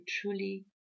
truly